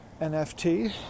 NFT